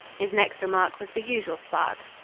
his next remark was the usual spark.